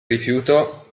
rifiuto